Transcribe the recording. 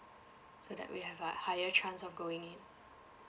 so that we have a higher chance of going in